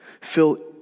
Fill